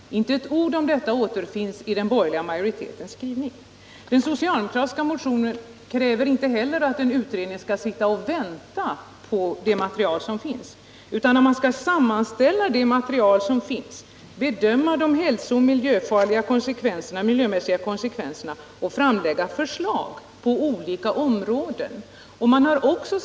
Inte ett ord därom återfinns i den borgerliga majoritetens skrivning. I den socialdemokratiska motionen krävs inte heller att en utredning skall sitta och vänta på material. Utredningen skall sammanställa det material som finns, bedöma de hälsooch miljömässiga konsekvenserna och framlägga förslag på olika områden för en kraftig begränsning av användningen av handelsgödsel.